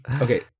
Okay